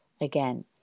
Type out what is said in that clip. again